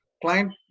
client